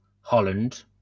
Holland